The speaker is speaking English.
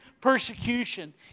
persecution